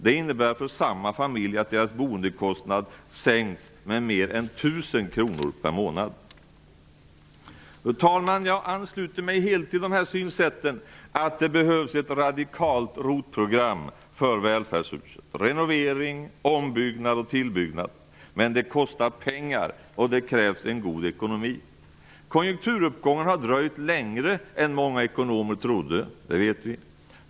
Det innebär för samma familj att dess boendekostnad sänks med mer än 1 000 kr per månad. Fru talman! Jag ansluter mig helt till synsätten att det behövs ett radikalt ROT-program för välfärdshuset, renovering, ombyggnad och tillbyggnad. Men det kostar pengar och det krävs en god ekonomi. Konjunkturuppgången har dröjt längre än vad många ekonomer trodde, det vet vi.